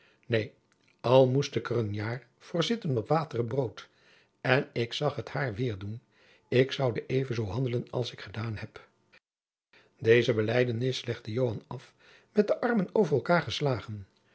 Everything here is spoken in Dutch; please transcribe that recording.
neen al moest ik er een jaar voor zitten op water en brood en ik zag het haar weer doen ik zoude even zoo handelen als ik gedaan heb deze belijdenis legde joan af met de armen over elkaêr geslagen